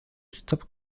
stop